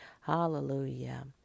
Hallelujah